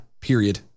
Period